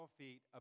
feet